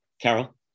Carol